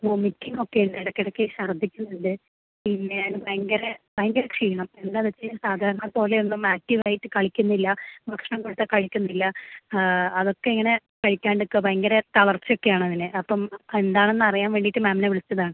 vomiting ഒക്കെയുണ്ട് ഇടയ്ക്കിടക്ക് ഛർദ്ദിക്കുന്നുണ്ട് പിന്നെ ഭയങ്കര ഭയങ്കര ക്ഷീണം എന്താണ് വെച്ച് കഴിഞ്ഞാൽ സാധാരണ പോലെയൊന്നും ആക്ടീവ് ആയിട്ട് കളിക്കുന്നില്ല ഭക്ഷണം കൊടുത്താൽ കഴിക്കുന്നില്ല അതൊക്കെ ഇങ്ങനെ കഴിക്കാണ്ടിരിക്കുക ഭയങ്കര തളർച്ച ഒക്കെ ആണതിന് അപ്പോൾ എന്താണെന്നറിയാൻ വേണ്ടിയിട്ട് മാമിനെ വിളിച്ചതാണ്